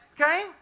Okay